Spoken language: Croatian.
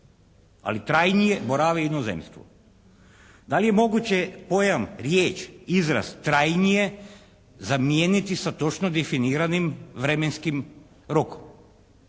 ali trajnije borave u inozemstvu. Da li je moguće pojam riječ, izraz trajnije zamijeniti sa točno definiranim vremenskim rokom,